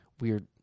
weird